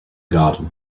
garden